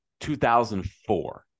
2004